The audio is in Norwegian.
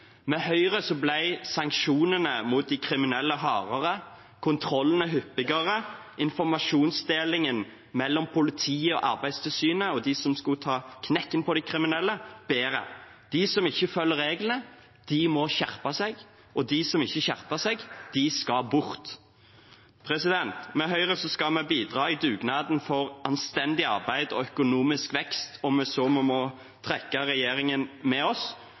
Med Høyre ble sanksjonene mot de kriminelle hardere, kontrollene hyppigere og informasjonsdelingen mellom politiet, Arbeidstilsynet og de som skulle ta knekken på de kriminelle, bedre. De som ikke følger reglene, må skjerpe seg, og de som ikke skjerper seg, skal bort. Med Høyre skal vi bidra i dugnaden for anstendig arbeid og økonomisk vekst om vi så må trekke regjeringen med oss.